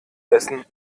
essen